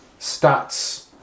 stats